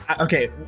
Okay